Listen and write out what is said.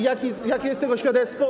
I jakie jest tego świadectwo?